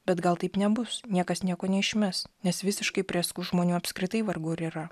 bet gal taip nebus niekas nieko neišmes nes visiškai prėskų žmonių apskritai vargu ar yra